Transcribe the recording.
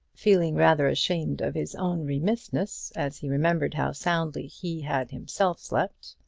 feeling rather ashamed of his own remissness as he remembered how soundly he had himself slept.